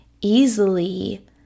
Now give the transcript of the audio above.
easily